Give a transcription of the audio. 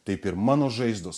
taip ir mano žaizdos